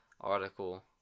article